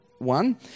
One